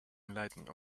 enlightened